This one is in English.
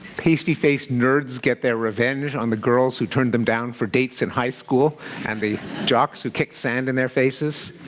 pasty-faced nerds get their revenge on the girls who turned them down for dates in high school and the jocks who kicked sand in their faces.